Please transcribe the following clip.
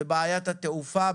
בבעיית התעופה,